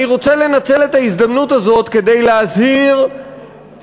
אני רוצה לנצל את ההזדמנות הזאת כדי להזהיר אותנו,